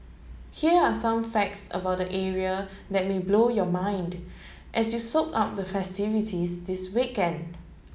here are some facts about the area that may blow your mind as you soak up the festivities this weekend